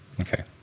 Okay